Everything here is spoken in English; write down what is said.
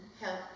help